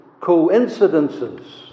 coincidences